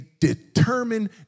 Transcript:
determined